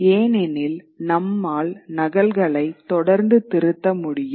ஏனெனில் நம்மால் நகல்களை தொடர்ந்து திருத்த முடியும்